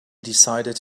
decided